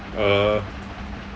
uh